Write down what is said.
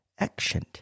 actioned